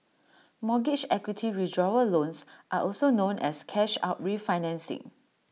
mortgage equity withdrawal loans are also known as cash out refinancing